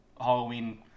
Halloween